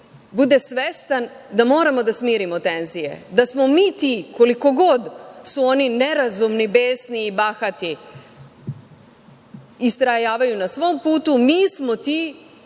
bude svestan da moramo da smirimo tenzije, da smo mi ti koliko god su oni nerazumni, besni i bahati, istrajavaju na svom putu, mi smo ti